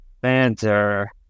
banter